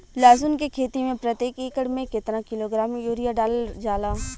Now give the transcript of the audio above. लहसुन के खेती में प्रतेक एकड़ में केतना किलोग्राम यूरिया डालल जाला?